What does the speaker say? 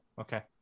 Okay